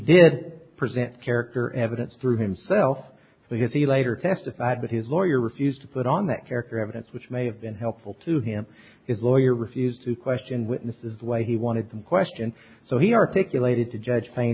did present character evidence through himself because he later testified but his lawyer refused to put on that character evidence which may have been helpful to him his lawyer refused to question witnesses why he wanted some question so he articulated to judge pa